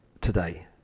today